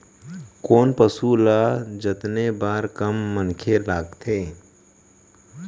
कोन पसु ल जतने बर कम मनखे लागथे?